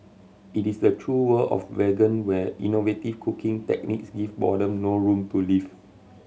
it is the true world of vegan where innovative cooking techniques give boredom no room to live